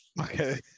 Okay